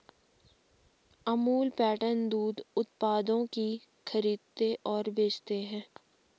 Amul pattern दूध उत्पादों की खरीदते और बेचते है